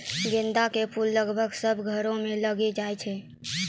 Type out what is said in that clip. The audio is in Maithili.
गेंदा के फूल लगभग सभ्भे घरो मे लगैलो जाय छै